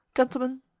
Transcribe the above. gentlemen,